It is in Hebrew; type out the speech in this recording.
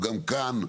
גם כאן,